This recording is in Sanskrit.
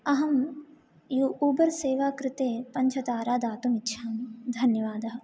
अहम् यु उबर् सेवाकृते पञ्चतारा दातुम् इच्छामि धन्यवादः